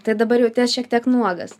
tai dabar jauties šiek tiek nuogas